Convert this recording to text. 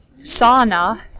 Sauna